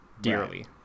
dearly